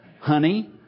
honey